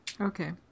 Okay